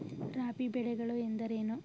ರಾಬಿ ಬೆಳೆಗಳು ಎಂದರೇನು?